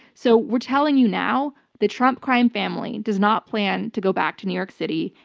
so we're telling you now, the trump crime family does not plan to go back to new york city,